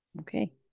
Okay